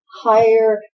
Higher